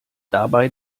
dabei